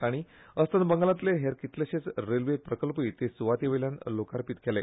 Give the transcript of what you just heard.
तांणी अस्तंत बंगालांतले हेर कितलेशेच रेल्वे प्रकल्पूय ते सुवाते वयल्या लोकार्पीत केले